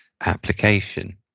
application